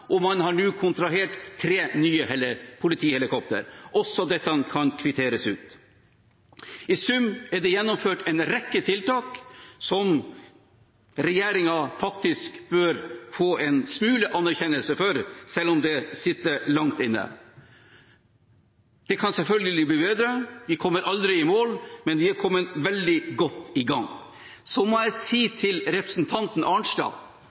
og man har nå kontrahert tre nye politihelikopter. Også dette kan kvitteres ut. I sum er det gjennomført en rekke tiltak som regjeringen faktisk bør få en smule anerkjennelse for, selv om det sitter langt inne. Det kan selvfølgelig bli bedre. Vi kommer aldri i mål, men vi har kommet veldig godt i gang. Jeg må si til representanten Arnstad